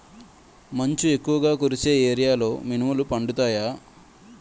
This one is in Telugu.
మంచు ఎక్కువుగా కురిసే ఏరియాలో మినుములు పండుతాయా?